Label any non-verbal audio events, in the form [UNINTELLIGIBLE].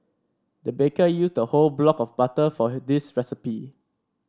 the baker used a whole block of butter for [UNINTELLIGIBLE] this recipe